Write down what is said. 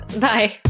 Bye